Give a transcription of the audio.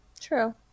True